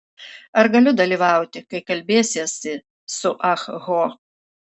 ar galiu dalyvauti kai kalbėsiesi su ah ho